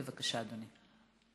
בבקשה, אדוני.